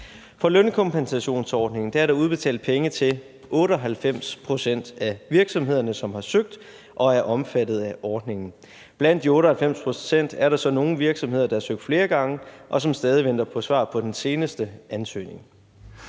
For lønkompensationsordningen er der udbetalt penge til 98 pct. af virksomhederne, som har søgt og er omfattet af ordningen. Blandt de 98 pct. er der så nogle virksomheder, der har søgt flere gange, og som stadig venter på svar på den seneste ansøgning.